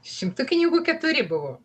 šimtukininkų keturi buvo